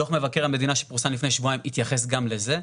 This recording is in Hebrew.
דוח מבקר המדינה שפורסם לפני שבועיים התייחס גם לזה,